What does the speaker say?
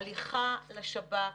הליכה לשב"כ